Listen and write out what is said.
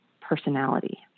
personality